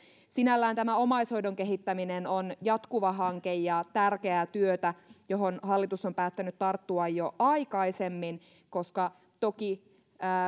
sinällään tämä omaishoidon kehittäminen on jatkuva hanke ja tärkeää työtä johon hallitus on päättänyt tarttua jo aikaisemmin koska toki